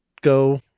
go